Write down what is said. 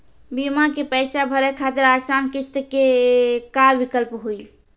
बीमा के पैसा भरे खातिर आसान किस्त के का विकल्प हुई?